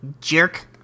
jerk